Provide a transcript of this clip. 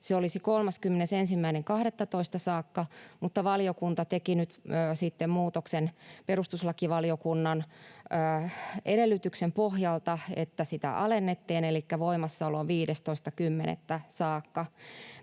se olisi 31.12. saakka, mutta valiokunta teki nyt sitten sellaisen muutoksen perustuslakivaliokunnan edellytyksen pohjalta, että sitä alennettiin, elikkä voimassaolo on 15.10. saakka.